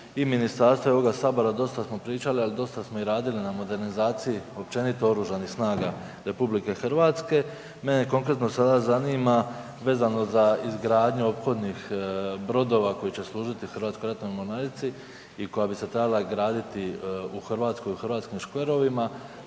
i ministarstva i ovoga Sabora, dosta smo pričali ali i dosta smo i radili na modernizaciji općenito Oružanih snaga RH, mene konkretno sada zanima vezano za izgradnju ophodnih brodova koji će služiti HRM-u i koja bi se trebala graditi u Hrvatskoj, u hrvatskim škverovima,